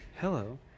Hello